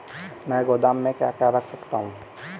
मैं गोदाम में क्या क्या रख सकता हूँ?